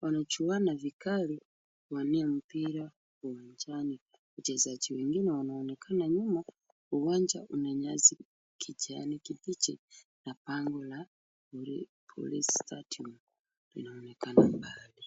wanachuana vikali kuwania mpira uwanjani. Wachezaji wengine wanaonekana nyuma, uwanja una nyasi kijani kibichi na bango la police stadium inaonekana mbali.